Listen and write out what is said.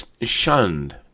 shunned